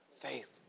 faith